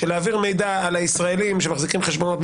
שלהעביר מידע על ישראליים שמחזיקים חשבונות,